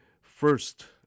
first